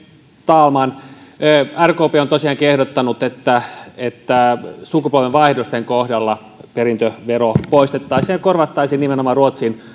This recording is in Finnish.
talman rkp on tosiaankin ehdottanut että että sukupolvenvaihdosten kohdalla perintövero poistettaisiin ja korvattaisiin nimenomaan ruotsin